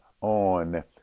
on